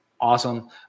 Awesome